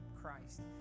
Christ